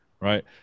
Right